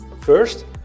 First